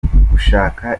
gushaka